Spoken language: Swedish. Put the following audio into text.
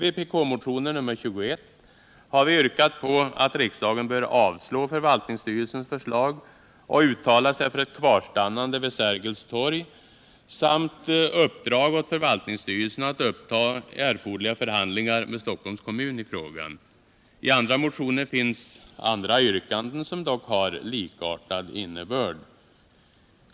I vpk-motionen 1977/78:21 har vi yrkat att riksdagen bör avslå förvaltningsstyrelsens förslag och uttala sig för ett kvarstannande vid Sergels torg samt uppdra åt förvaltningsstyrelsen att uppta erforderliga förhandlingar med Stockholms kommun i frågan. I andra motioner finns andra yrkanden, som dock har likartad innebörd.